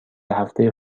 هفته